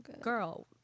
girl